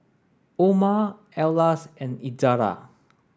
Omar Elyas and Izzara